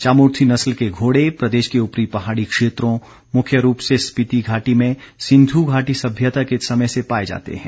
चामुर्थी नस्ल के घोड़े प्रदेश के ऊपरी पहाड़ी क्षेत्रों मुख्य रूप से स्पीति घाटी में सिंध् घाटी सभ्यता के समय से पाए जाते हैं